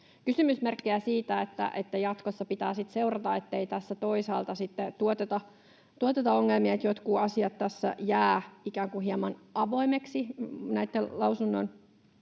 kysymysmerkkejä siitä, että jatkossa pitää sitten seurata, ettei tässä toisaalta sitten tuoteta ongelmia, eli jotkut asiat tässä jäävät ikään kuin hieman